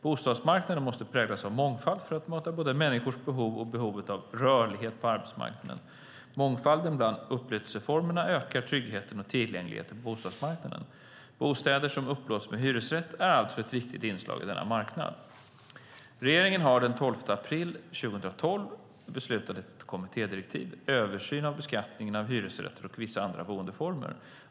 Bostadsmarknaden måste präglas av mångfald för att möta både människors behov och behovet av rörlighet på arbetsmarknaden. Mångfalden bland upplåtelseformerna ökar tryggheten och tillgängligheten på bostadsmarknaden. Bostäder som upplåts med hyresrätt är alltså ett viktigt inslag på denna marknad. Regeringen har den 12 april 2012 beslutat om kommittédirektiven Översyn av beskattningen av hyresrätter och vissa andra boendeformer .